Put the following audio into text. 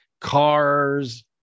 cars